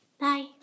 Bye